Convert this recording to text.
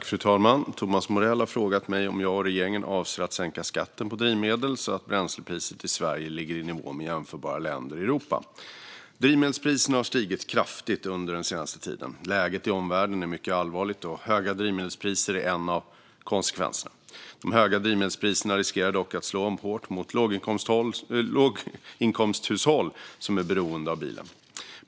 Fru talman! Thomas Morell har frågat mig om jag och regeringen avser att sänka skatten på drivmedel så att bränslepriset i Sverige ligger i nivå med jämförbara länder i Europa. Drivmedelspriserna har stigit kraftigt under den senaste tiden. Läget i omvärlden är mycket allvarligt, och höga drivmedelspriser är en av konsekvenserna. De höga drivmedelspriserna riskerar dock att slå hårt mot låginkomsthushåll som är beroende av bilen.